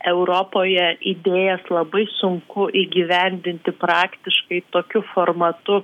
europoje idėjas labai sunku įgyvendinti praktiškai tokiu formatu